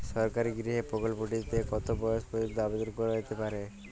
সরকারি গৃহ প্রকল্পটি তে কত বয়স পর্যন্ত আবেদন করা যেতে পারে?